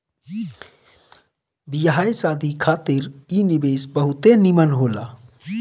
बियाह शादी खातिर इ निवेश बहुते निमन होला